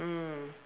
mm